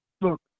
Look